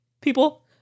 people